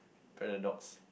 paradox